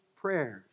prayers